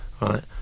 right